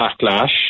backlash